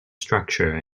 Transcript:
structure